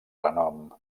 renom